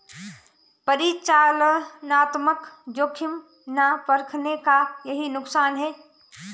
परिचालनात्मक जोखिम ना परखने का यही नुकसान है